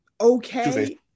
okay